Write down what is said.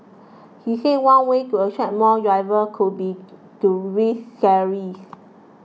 he said one way to attract more drivers could be to raise salaries